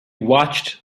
watched